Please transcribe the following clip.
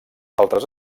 altres